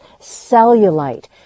cellulite